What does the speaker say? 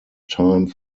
time